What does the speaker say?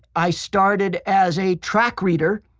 i started as a track reader,